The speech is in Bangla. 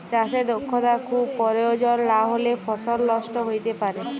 চাষে দক্ষতা খুব পরয়োজল লাহলে ফসল লষ্ট হ্যইতে পারে